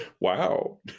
wow